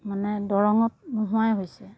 মানে দৰঙত নোহোৱাই হৈছে